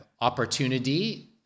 opportunity